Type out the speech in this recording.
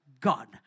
God